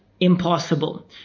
impossible